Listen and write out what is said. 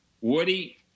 Woody